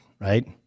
right